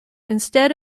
instead